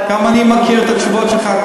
אני מכיר את התשובות שלך,